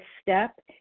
step